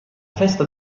festa